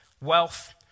Wealth